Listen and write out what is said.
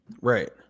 Right